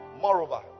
Moreover